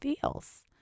feels